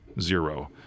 zero